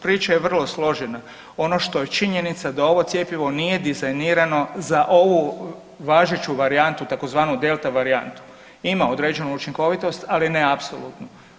Priča je vrlo složena, ono što je činjenica da ovo cjepivo nije dizajnirano za ovu važeću varijantu tzv. delta varijantu, ima određenu učinkovitost, ali ne apsolutnu.